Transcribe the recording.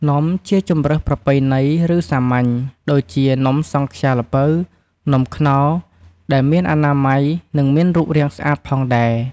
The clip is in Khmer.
នំជាជ្រើសរើសប្រពៃណីឬសាមញ្ញ ដូចជា នំសង់ខ្យាល្ពៅ, នំខ្នុរ ដែលមានអនាម័យ និងមានរូបរាងស្អាតផងដែរ។